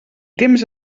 temps